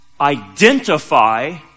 identify